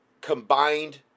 combined